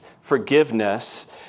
forgiveness